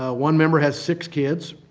ah one member has six kids.